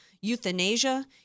Euthanasia